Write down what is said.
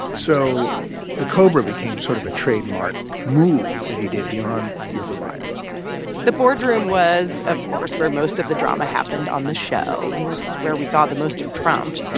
so the cobra became sort of a trademark move that he did beyond you're fired the boardroom was, of course, where most of the drama happened on this show. and it's where we saw the most of trump the